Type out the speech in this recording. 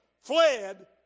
fled